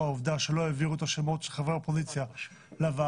העובדה שלא העבירו את השמות של חברי האופוזיציה לוועדות.